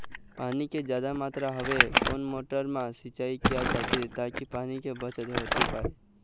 पानी के जादा मात्रा हवे कोन मोटर मा सिचाई किया जाथे ताकि पानी के बचत होथे पाए?